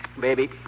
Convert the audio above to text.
baby